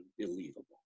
unbelievable